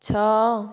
ଛଅ